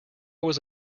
was